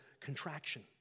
contraction